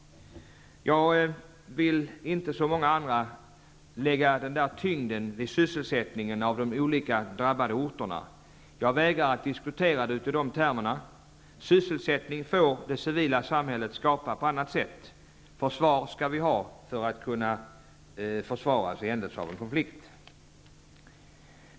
Jag vill inte, som många andra, lägga tyngden vid sysselsättningen på de drabbade orterna. Jag vägrar att diskutera detta i de termerna. Det civila samhället får skapa sysselsättning på annat sätt. Vi skall ha ett försvar för att kunna försvara oss i händelse av en konflikt.